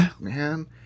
Man